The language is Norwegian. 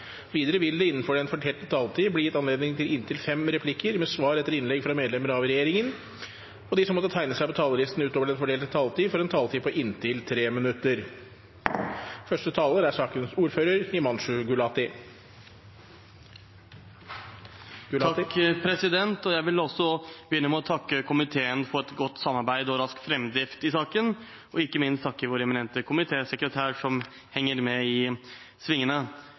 Videre vil det, innenfor den fordelte taletid, bli gitt anledning til inntil fem replikker med svar etter innlegg fra medlemmer av regjeringen. De som måtte tegne seg på talerlisten utover den fordelte taletid, får en taletid på inntil 3 minutter. Jeg vil også begynne med å takke komiteen for et godt samarbeid og rask framdrift i saken og ikke minst takke vår eminente komitésekretær, som henger med i svingene.